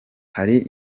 hari